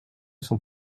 s’en